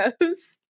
goes